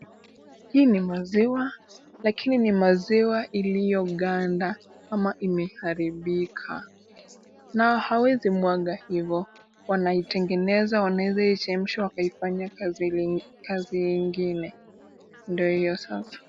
Hii ni maziwa, lakini ni maziwa iliyoganda kama imeharibika na hawezi mwanga hivyo, wanaitengeneza ,wanaweza ichemsha wakaifanyia kazi ingine ,ndio hiyo sasa.